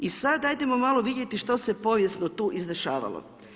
I sad hajdemo malo vidjeti što se povijesno tu izdešavalo.